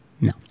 No